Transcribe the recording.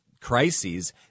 crises